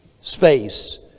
space